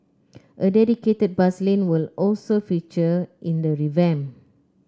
a dedicated bus lane will also feature in the revamp